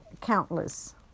countless